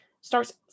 starts